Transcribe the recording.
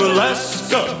Alaska